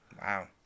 Wow